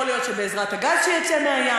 יכול להיות שבעזרת הגז שיצא מהים,